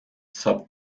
saab